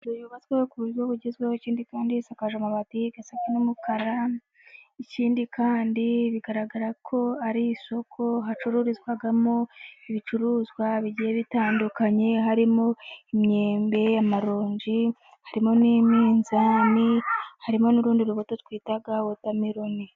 Inzu yubatswe ku buryo bugezweho, ikindi kandi isakaje amabati asa n'umukara, ikindi kandi bigaragara ko ari isoko, hacururizwamo ibicuruzwa bigiye bitandukanye, harimo imyembe, amaronji, harimo n'iminzani, harimo n'urundi rubuto twita wotarmeroni.